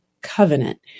covenant